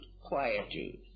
quietude